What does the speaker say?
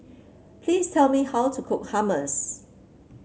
please tell me how to cook Hummus